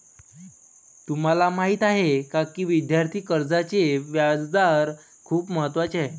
तुम्हाला माहीत आहे का की विद्यार्थी कर्जाचे व्याजदर खूप महत्त्वाचे आहेत?